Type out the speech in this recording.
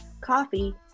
coffee